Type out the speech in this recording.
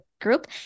group